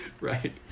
Right